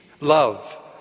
love